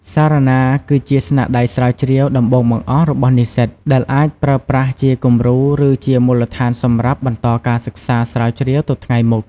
សារណាគឺជាស្នាដៃស្រាវជ្រាវដំបូងបង្អស់របស់និស្សិត ដែលអាចប្រើប្រាស់ជាគំរូ ឬជាមូលដ្ឋានសម្រាប់បន្តការសិក្សាស្រាវជ្រាវទៅថ្ងៃមុខ។